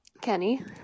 Kenny